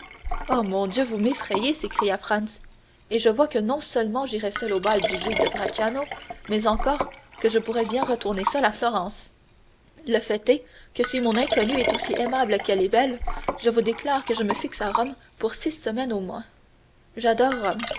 oh mon dieu vous m'effrayez s'écria franz et je vois que non seulement j'irai seul au bal du duc de bracciano mais encore que je pourrais bien retourner seul à florence le fait est que si mon inconnue est aussi aimable qu'elle est belle je vous déclare que je me fixe à rome pour six semaines au moins j'adore